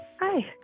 Hi